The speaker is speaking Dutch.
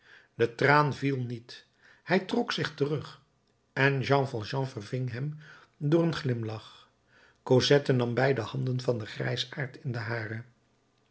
de traan viel niet hij trok zich terug en jean valjean verving hem door een glimlach cosette nam beide handen van den grijsaard in de hare